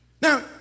Now